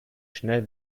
schnell